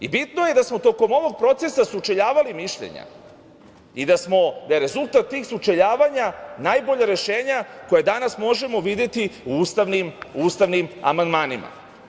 Bitno je da smo tokom ovog procesa sučeljavali mišljenja i da je rezultat tih sučeljavanja najbolje rešenje koje danas možemo videti u ustavnim amandmanima.